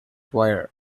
wire